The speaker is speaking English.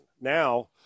Now